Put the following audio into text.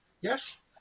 Yes